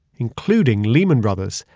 including lehman brothers,